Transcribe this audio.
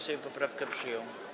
Sejm poprawkę przyjął.